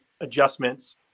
adjustments